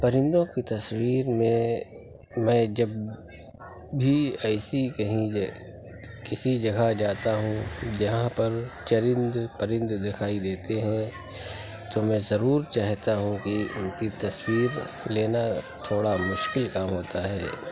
پرندوں کی تصویر میں میں جب بھی ایسی کہیں یہ کسی جگہ جاتا ہوں جہاں پر چرند پرند دکھائی دیتے ہیں تو میں ضرور چاہتا ہوں کہ ان کی تصویر لینا تھوڑا مشکل کام ہوتا ہے